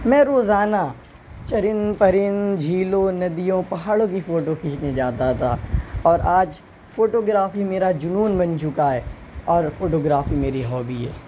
میں روزانہ چرند پرند جھیلوں ندیوں پہاڑوں کی فوٹو کھینچنے جاتا تھا اور آج فوٹو گرافی میرا جنون بن چکا ہے اور فوٹو گرافی میری ہابی ہے